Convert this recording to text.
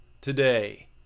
today